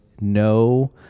No